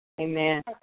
Amen